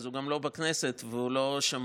אז הוא גם לא בכנסת והוא לא שומע.